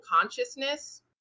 consciousness